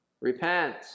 Repent